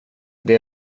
det